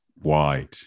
White